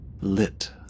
lit